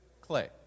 clay